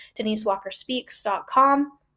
denisewalkerspeaks.com